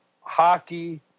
hockey